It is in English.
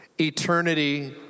Eternity